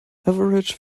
average